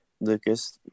Lucas